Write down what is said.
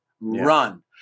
run